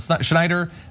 Schneider